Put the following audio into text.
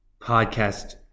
podcast